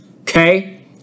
Okay